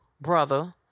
brother